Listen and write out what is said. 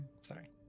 Sorry